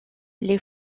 les